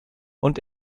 und